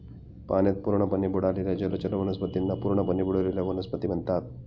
पाण्यात पूर्णपणे बुडालेल्या जलचर वनस्पतींना पूर्णपणे बुडलेल्या वनस्पती म्हणतात